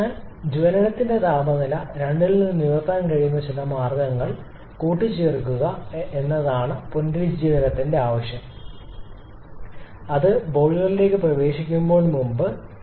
അതിനാൽ ജലത്തിന്റെ താപനില 2 ൽ നിന്ന് ഉയർത്താൻ കഴിയുന്ന ചില മാർഗ്ഗങ്ങൾ കൂട്ടിച്ചേർക്കുക എന്നതാണ് പുനരുജ്ജീവനത്തിന്റെ ആശയം 2 അത് ബോയിലറിലേക്ക് പ്രവേശിക്കുന്നതിന് മുമ്പ്